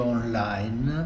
online